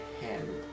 hand